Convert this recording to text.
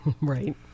right